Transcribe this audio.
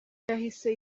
yahise